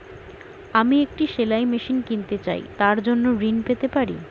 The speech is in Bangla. আমি একটি সেলাই মেশিন কিনতে চাই তার জন্য ঋণ পেতে পারি?